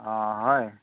অঁ হয়